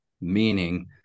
meaning